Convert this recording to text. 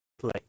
play